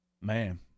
man